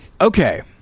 okay